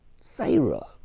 Sarah